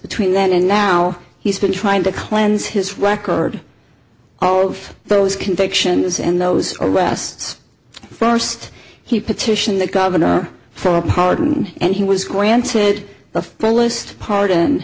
between then and now he's been trying to cleanse his record all of those convictions and those arrests first he petitioned the governor for a pardon and he was granted the fullest pardon